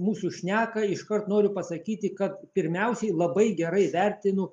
mūsų šneką iškart noriu pasakyti kad pirmiausiai labai gerai vertinu